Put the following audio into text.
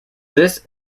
this